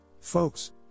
Folks